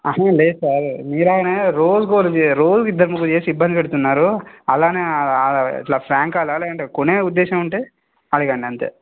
లేదు సార్ మీరయినా రోజుకొకడు చే రోజుకిద్దరు ముగ్గురు చేసి ఇబ్బంది పెడుతున్నారు అలానే ఇట్లా ప్రాంక్ కాల్ ఆ లేదంటే కొనే ఉద్దేశం ఉంటే అడగండి అంతే